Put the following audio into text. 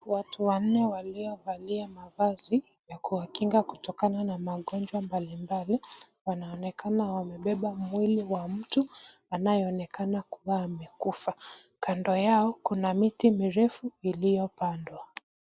Watu wanne waliovalia mavazi ya kuwakinga kutokana na magonjwa mbalimbali wanaonekana wamebeba mwili wa mtu anayeonekana kuwa amekufa. Kando yao kuna miti mirefu iliyopandwa.